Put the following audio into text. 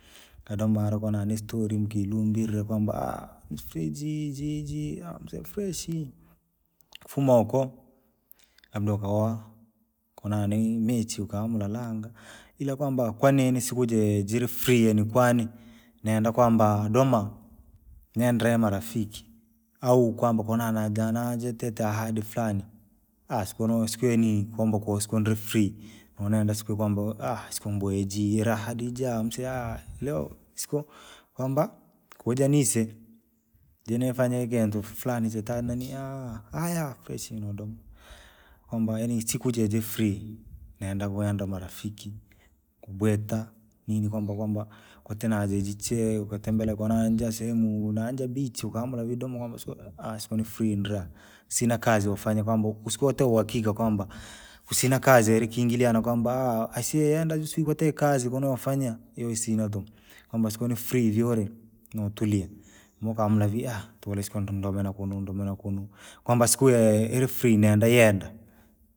Tadoma hala kwa ni stori mkilongire kwamba aaha mfriji jii aha mzee. Kufuma huko, labda ukaoa, konani michi ukamlalanga, ila kwamba kwanini sikujii jiri yaani kwani, nenda kwamba doma, nendre marafiki. au kwamba konanajanajitite ahadi flani. sikuno sikweni kwamba koo sikondri konenda siku kwamba we sikumbwe iji ila hadi ja mseah! Yoo skoo kwamba. Kujanise, jinefanya ikintu flani chatandania! Aya nodoma. Kwamba yaani isiko jeji nenda kwenda marafiki, kubweta, nini kwamba kwamba, kuti najiji chee kutembelea konanja sehemu unaja bichi kwamba unavidoma kwamba so- aaha fridra. Sina kazi ufanya kwamba usikote uhakika kwamba, kusina kazi yalikingiliana kwanba aaha aisee yenda juswikutie kazi kuno ufanya yosina tuku, kwamba siku hiyu ni vyolila notulia. mukamuna via! Tulikontondovela kuno ndovela kuno, kwamba siku ila ili nenda yenda.